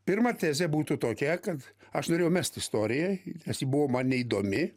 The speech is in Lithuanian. pirma tezė būtų tokia kad aš norėjau mest istoriją buvo man neįdomi